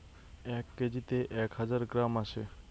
এক কেজিতে এক হাজার গ্রাম আছে